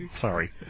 Sorry